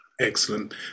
Excellent